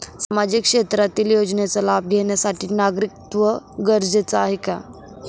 सामाजिक क्षेत्रातील योजनेचा लाभ घेण्यासाठी नागरिकत्व गरजेचे आहे का?